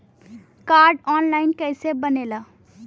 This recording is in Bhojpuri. कार्ड ऑन लाइन कइसे बनेला?